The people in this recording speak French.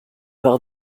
par